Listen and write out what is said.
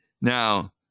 Now